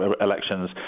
elections